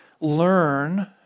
learn